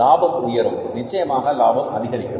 லாபமும் உயரும் நிச்சயமாக லாபம் அதிகரிக்கும்